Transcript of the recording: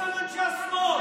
מה פתאום אנשי השמאל,